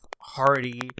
hearty